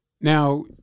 Now